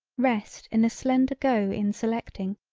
rest in a slender go in selecting,